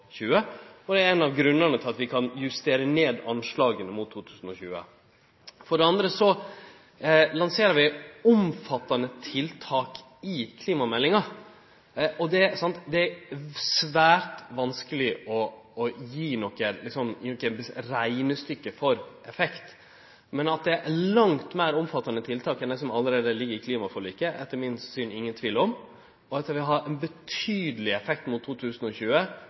og det er ein av grunnane til at vi kan justere ned anslaga fram mot 2020. For det andre lanserer vi omfattande tiltak i klimameldinga. Det er svært vanskeleg å gi eit reknestykke for effekt, men at det er langt meir omfattande tiltak enn det som allereie ligg i klimaforliket, er det etter mitt syn ingen tvil om. At det vil ha ein betydeleg effekt fram mot 2020,